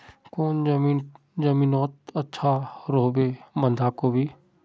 कौन जमीन टत अच्छा रोहबे बंधाकोबी?